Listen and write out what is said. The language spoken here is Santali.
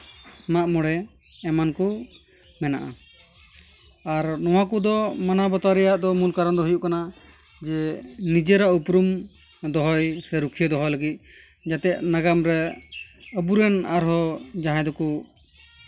ᱢᱟᱜ ᱢᱚᱬᱮ ᱮᱢᱟᱱ ᱠᱚ ᱢᱮᱱᱟᱜᱼᱟ ᱟᱨ ᱱᱚᱣᱟ ᱠᱚᱫᱚ ᱢᱟᱱᱟᱣ ᱵᱟᱛᱟᱣ ᱨᱮᱭᱟᱜ ᱫᱚ ᱢᱩᱞ ᱠᱟᱨᱚᱱ ᱫᱚ ᱦᱩᱭᱩᱜ ᱠᱟᱱᱟ ᱱᱤᱡᱮᱨᱟᱜ ᱩᱯᱨᱩᱢ ᱫᱚᱦᱚᱭ ᱥᱮ ᱨᱩᱠᱷᱤᱭᱟᱹ ᱫᱚᱦᱚᱭ ᱠᱟᱹᱜᱤᱫ ᱡᱟᱛᱮ ᱱᱟᱜᱟᱢ ᱨᱮ ᱟᱵᱚ ᱨᱮᱱ ᱟᱨᱦᱚᱸ ᱡᱟᱦᱟᱸᱭ ᱫᱚᱠᱚ